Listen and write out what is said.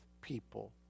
people